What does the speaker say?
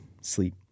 sleep